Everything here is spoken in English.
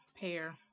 pair